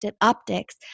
Optics